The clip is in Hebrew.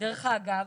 דרך אגב,